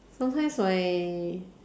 sometimes my